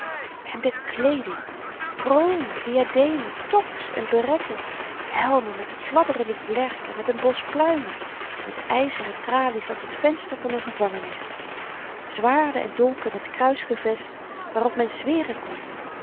en de kleeding kronen diademen toques en beretten helmen met fladderende vlerken met n bos pluimen met yzeren tralies als t venster van n gevangenis zwaarden en dolken met kruisgevest waarop men zweren kon